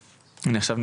עכשיו,